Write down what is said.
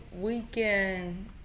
weekend